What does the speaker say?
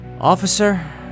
officer